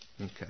Okay